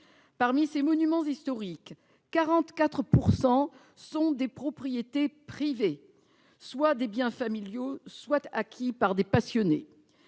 Parmi ces monuments historiques, 44 % sont des propriétés privées, soit des biens familiaux, soit des biens acquis par des passionnés.